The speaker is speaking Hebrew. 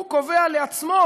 הוא קובע לעצמו